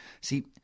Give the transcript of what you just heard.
See